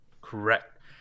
Correct